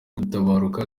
gutabaruka